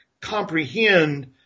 comprehend